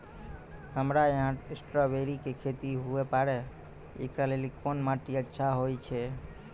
हमरा यहाँ स्ट्राबेरी के खेती हुए पारे, इकरा लेली कोन माटी अच्छा होय छै?